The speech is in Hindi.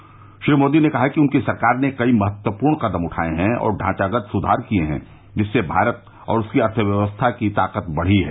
श्री नरेन्द्र मोदी ने कहा कि उनकी सरकार ने कई महत्वपूर्ण कदम उठाए हैं और ढांचागत सुधार किए हैं जिससे भारत और उसकी अर्थव्यवस्था की ताकत बढ़ी है